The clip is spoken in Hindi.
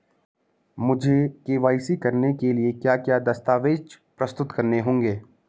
मुझे के.वाई.सी कराने के लिए क्या क्या दस्तावेज़ प्रस्तुत करने होंगे?